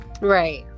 Right